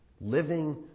Living